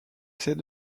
cette